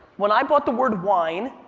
when i bought the word wine,